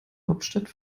hauptstadt